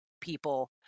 people